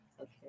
Okay